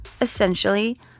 essentially